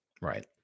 Right